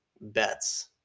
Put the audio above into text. bets